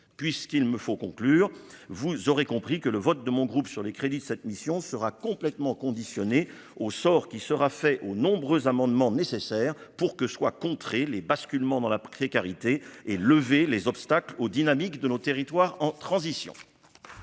puisqu'il me faut conclure, vous aurez compris que le vote de mon groupe, sur les crédits de cette mission sera complètement conditionné au sort qui sera fait aux nombreux amendements nécessaires pour que soient contrer les basculement dans la précarité et lever les obstacles au dynamique de nos territoires en transition.